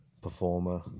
performer